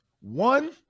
One